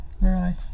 Right